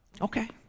Okay